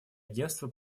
агентства